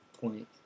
point